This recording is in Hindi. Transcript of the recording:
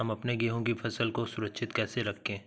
हम अपने गेहूँ की फसल को सुरक्षित कैसे रखें?